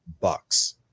Bucks